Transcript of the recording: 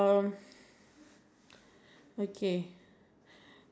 uh eleven uh hour two hours I think